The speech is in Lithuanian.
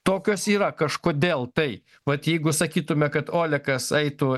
tokios yra kažkodėl tai vat jeigu sakytume kad olekas eitų